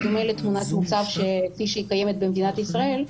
בדומה לתמונת מצב כפי שקיימת במדינת ישראל,